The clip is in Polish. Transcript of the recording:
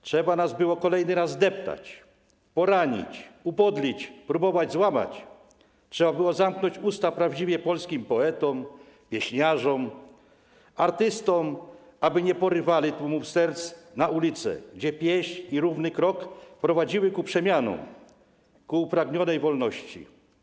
Trzeba nas było kolejny raz zdeptać, poranić, upodlić, próbować złamać, trzeba było zamknąć usta prawdziwie polskim poetom, pieśniarzom, artystom, aby nie porywali tłumów serc na ulicy, gdzie pieśń i równy krok prowadziły ku przemianom, ku upragnionej wolności.